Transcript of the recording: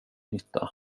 nytta